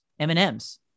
MMs